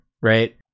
right